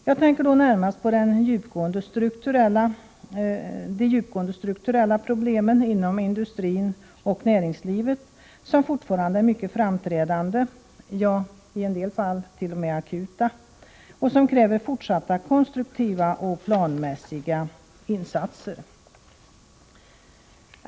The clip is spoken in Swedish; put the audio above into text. Jag tänker då närmast på de djupgående strukturella problemen inom industrin och näringslivet som fortfarande är mycket framträdande — ja, i en del fall t.o.m. akuta — och som kräver fortsatta konstruktiva och planmässiga insatser.